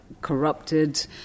corrupted